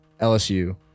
LSU